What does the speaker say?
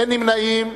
אין נמנעים.